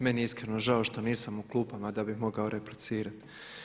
Meni je iskreno žao što nisam u klupama da bi mogao replicirati.